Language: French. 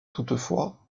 toutefois